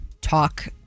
talk